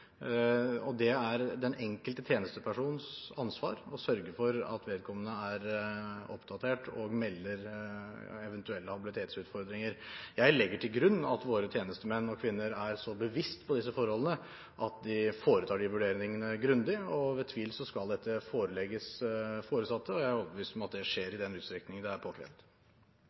Det er den enkelte tjenestepersons ansvar å sørge for at vedkommende er oppdatert og melder eventuelle habilitetsutfordringer. Jeg legger til grunn at våre tjenestemenn og -kvinner er så bevisst disse forholdene at de foretar de vurderingene grundig. Ved tvil skal dette forelegges foresatte, og jeg er overbevist om at det skjer i den utstrekning det er påkrevet.